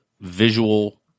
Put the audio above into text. visual